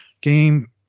game